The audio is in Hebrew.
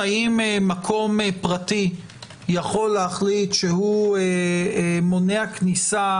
האם מקום פרטי יכול להחליט שהוא מונע כניסה